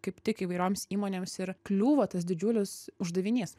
kaip tik įvairioms įmonėms ir kliūva tas didžiulis uždavinys